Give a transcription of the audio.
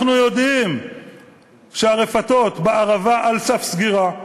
אנחנו יודעים שהרפתות בערבה על סף סגירה,